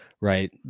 right